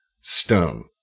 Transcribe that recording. stone